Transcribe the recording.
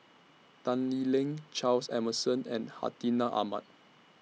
Tan Lee Leng Charles Emmerson and Hartinah Ahmad